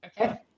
Okay